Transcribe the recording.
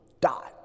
dot